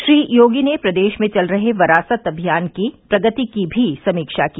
श्री योगी ने प्रदेश में चल रहे वरासत अमियान की प्रगति की भी समीक्षा की